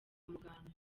muganga